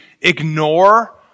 ignore